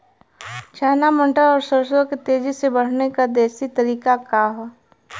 चना मटर और सरसों के तेजी से बढ़ने क देशी तरीका का ह?